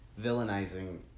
villainizing